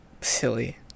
silly